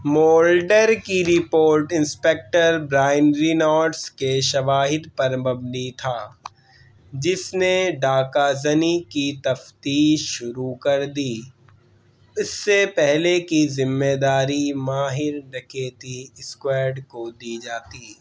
Mulder کی report inspector Brian Reynolds کے شواہد پر مبنی تھا جس نے ڈاکہ زنی کی تفتیش شروع کر دی اس سے پہلے کہ ذمہ داری ماہر ڈکیتی اسکوائڈ کو دی جاتی